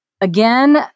again